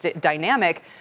dynamic